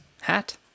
hat